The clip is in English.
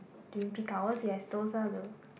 during peak hours yes those are the